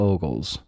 Ogles